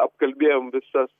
apkalbėjom visas